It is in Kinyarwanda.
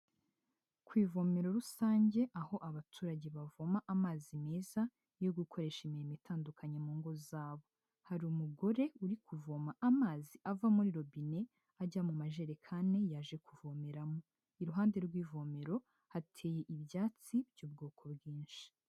Ku ivomero rusange, aho abaturage bavoma amazi meza yo gukoresha imirimo itandukanye mu ngo zabo, hari umugore uri kuvoma amazi ava muri robine ajya mu majerekani yaje kuvomeramo, iruhande rw'ivomero, hateye ibyatsi by'ubwoko bwinshi.